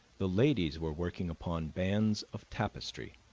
the ladies were working upon bands of tapestry,